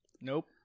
Nope